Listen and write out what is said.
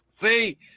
See